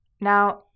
Now